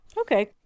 Okay